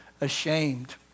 ashamed